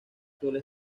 suele